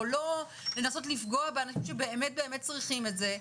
או לנסות לפגוע באנשים שבאמת צריכים את זה,